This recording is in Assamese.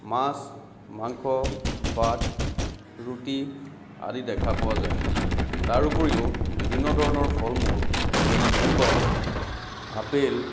মাছ মাংস ভাত ৰুটি আদি দেখা পোৱা যায় তাৰ ওপৰিও বিভিন্ন ধৰণৰ ফল মূল যেনে ভীম কল আপেল